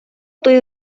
той